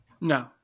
No